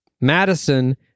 Madison